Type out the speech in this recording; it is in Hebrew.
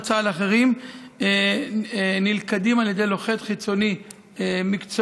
צה"ל אחרים נלכדים על ידי לוכד חיצוני מקצועי,